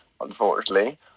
unfortunately